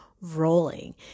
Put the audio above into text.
rolling